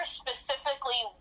specifically